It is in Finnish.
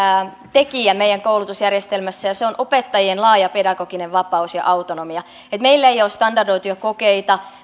tekijä meidän koulutusjärjestelmässä ja se on opettajien laaja pedagoginen vapaus ja autonomia meillä ei ole standardoituja kokeita